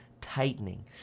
tightening